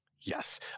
Yes